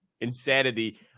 insanity